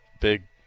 big